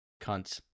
Cunts